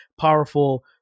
powerful